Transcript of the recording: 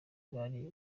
bari